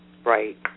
Right